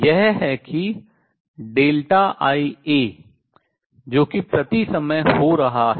यह है कि ΔI a जो कि प्रति समय हो रहा है